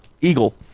eagle